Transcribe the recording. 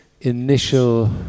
initial